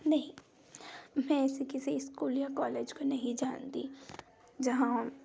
नहीं मैं ऐसे किसी स्कूल या कॉलेज को नहीं जानती जहाँ